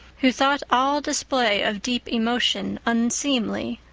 who thought all display of deep emotion unseemly.